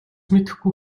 мэдэхгүй